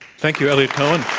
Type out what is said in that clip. thank you, eliot cohen.